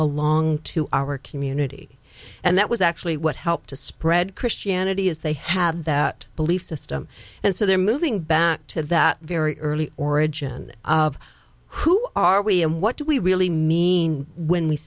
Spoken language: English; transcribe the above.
belong to our community and that was actually what helped to spread christianity is they have that belief system and so they're moving back to that very early origin of who are we and what do we really mean when we